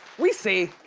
we see,